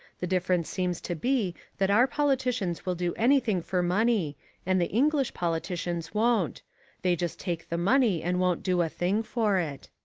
the difference seems to be that our politicians will do anything for money and the english politicians won't they just take the money and won't do a thing for it.